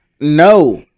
no